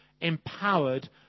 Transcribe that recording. empowered